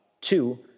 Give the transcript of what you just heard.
Two